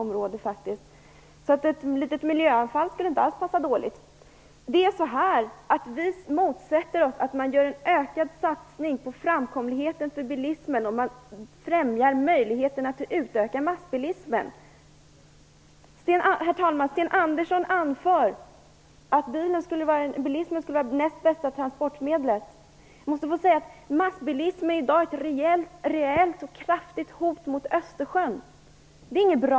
Ett litet anfall av miljöinsikt skulle inte passa dåligt i detta sammanhang. Vi motsätter oss en satsning på ökad framkomlighet för bilismen, och man främjar här möjligheterna att utöka massbilismen. Sten Andersson anför att bilen skulle vara det näst bästa transportmedlet. Massbilismen är i dag ett kraftigt hot mot Östersjön, och det är inte bra.